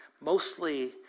mostly